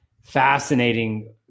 fascinating